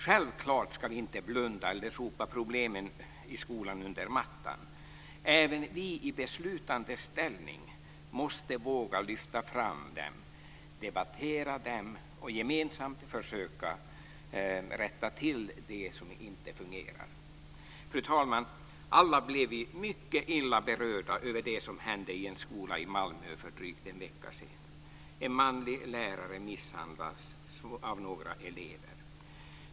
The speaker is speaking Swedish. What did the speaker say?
Självklart ska vi inte blunda eller sopa problemen i skolan under mattan. Även vi i beslutande ställning måste våga lyfta fram dem, debattera dem och gemensamt försöka rätta till det som inte fungerar. Fru talman! Alla blev vi mycket illa berörda över det som hände i en skola i Malmö för drygt en vecka sedan. En manlig lärare misshandlas av några elever.